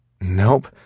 Nope